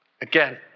Again